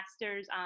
master's